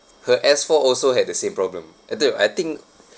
her S four also had the same problem although I think